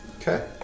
Okay